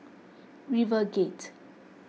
RiverGate